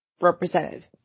represented